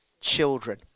children